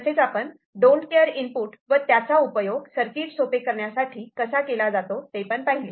तसेच आपण don't care इनपुटDon't care Input व त्याचा उपयोग सर्किट सोपे करण्यासाठी कसा केला जातो ते पाहिले